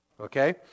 Okay